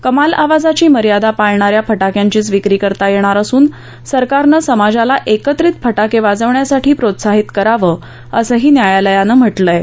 कमाल आवाजाची मर्यादा पाळणा या फटाक्यांचीच विक्री करता येणार असून सरकारनं समाजाला एकत्रित फटाके वाजवण्यासाठी प्रोत्साहित करावं असंही न्यायालयानं म्हटलयं